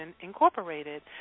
Incorporated